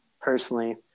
personally